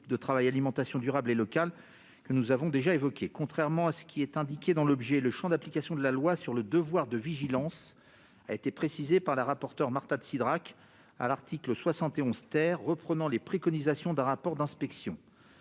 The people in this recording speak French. de travail Alimentation durable et locale, que nous avons déjà évoqué. Contrairement à ce qu'écrivent les auteurs de l'amendement, le champ d'application de la loi sur le devoir de vigilance a été précisé par la rapporteure Marta de Cidrac à l'article 71 : il reprend désormais les préconisations d'un rapport d'inspection.